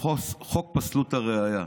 לחוק פסלות הראיה.